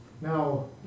Now